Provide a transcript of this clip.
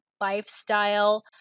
lifestyle